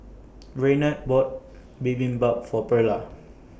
Raynard bought Bibimbap For Perla